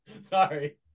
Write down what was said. Sorry